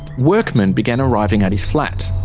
workmen began arriving at his flat.